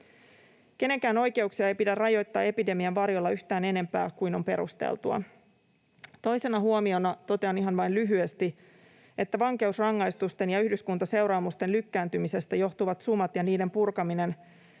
Kenenkään oikeuksia ei pidä rajoittaa epidemian varjolla yhtään enempää kuin on perusteltua. Toisena huomiona totean ihan vain lyhyesti, että vankeusrangaistusten ja yhdyskuntaseuraamusten lykkääntymisestä johtuvat sumat ja niiden purkaminen